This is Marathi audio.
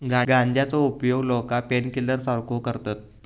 गांजाचो उपयोग लोका पेनकिलर सारखो करतत